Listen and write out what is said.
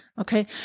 Okay